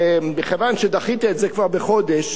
מכיוון שדחית את זה כבר בחודש,